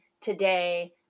today